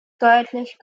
deutlich